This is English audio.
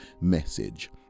message